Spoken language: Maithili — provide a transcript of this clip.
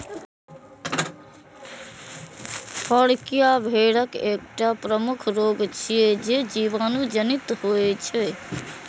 फड़कियां भेड़क एकटा प्रमुख रोग छियै, जे जीवाणु जनित होइ छै